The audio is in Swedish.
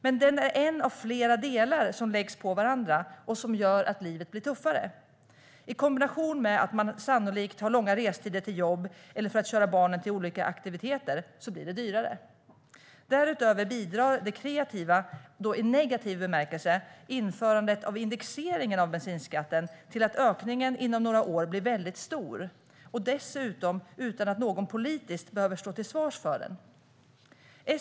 Men den är en av flera delar som läggs på varandra och som gör att livet blir tuffare. I kombination med att man sannolikt har långa restider till jobbet eller för att köra barnen till olika aktiviteter blir det dyrare. Därutöver bidrar det kreativa, i negativ bemärkelse, införandet av indexeringen av bensinskatten till att ökningen inom några år blir väldigt stor, dessutom utan att någon politiskt behöver stå till svars för den.